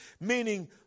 meaning